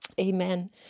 Amen